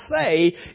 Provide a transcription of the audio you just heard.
say